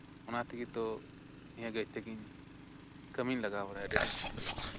ᱚᱱᱟ ᱛᱮᱜᱮᱛᱚ ᱱᱤᱭᱟᱹ ᱜᱟᱹᱭᱛᱤ ᱜᱮ ᱠᱟᱹᱢᱤ ᱨᱮᱧ ᱞᱟᱜᱟᱣ ᱵᱟᱲᱟᱭᱟ ᱟᱹᱰᱤ ᱟᱹᱰᱤᱧ ᱠᱩᱥᱤᱭᱟᱜ ᱟ